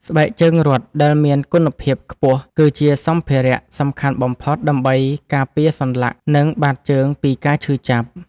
ស្បែកជើងរត់ដែលមានគុណភាពខ្ពស់គឺជាសម្ភារៈសំខាន់បំផុតដើម្បីការពារសន្លាក់ និងបាតជើងពីការឈឺចាប់។